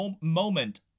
moment